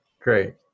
Great